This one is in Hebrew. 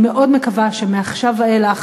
אני מאוד מקווה שמעכשיו ואילך,